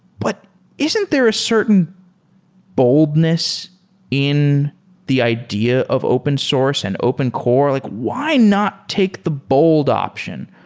but isn't there a certain boldness in the idea of open source and open core? like why not take the bold option?